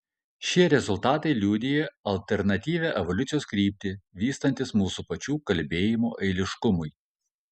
šie rezultatai liudija alternatyvią evoliucijos kryptį vystantis mūsų pačių kalbėjimo eiliškumui